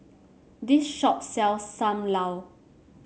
this shop sells Sam Lau